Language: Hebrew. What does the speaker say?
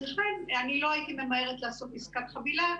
לכן לא הייתי ממהרת לעשות עסקת חבילה,